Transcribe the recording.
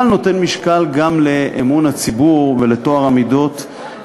אבל נותן משקל גם לאמון הציבור ולטוהר המידות,